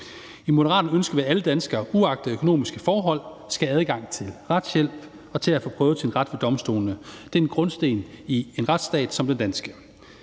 I Moderaterne ønsker vi, at alle danskere uagtet økonomiske forhold skal have adgang til retshjælp og til at få prøvet deres ret ved domstolene. Det er en grundsten i en retsstat som den danske.